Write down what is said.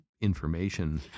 information